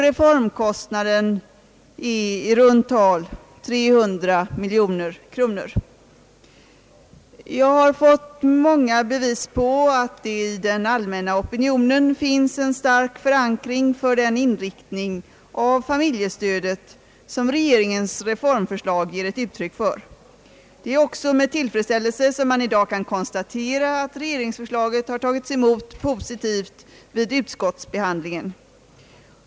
Reformkostnaden per år är i runt tal 300 miljoner kronor. Jag har fått många bevis på att det i den allmänna opinionen finns en stark förankring för den inriktning av familjestödet, som regeringens reformförslag ger ett uttryck för. Det är också med tillfredsställelse man i dag kan konstatera att regeringsförslaget har tagits emot positivt vid utskottsbehandlingen.